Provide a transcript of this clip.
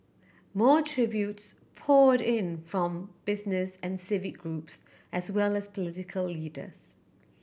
more tributes poured in from business and civic groups as well as political leaders